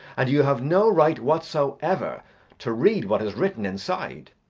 and you have no right whatsoever to read what is written inside.